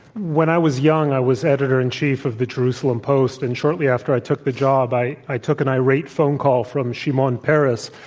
when i was young, i was editor in chief of the jerusalem post. and shortly after i took the job, i i took an irate phone call from shimon peres,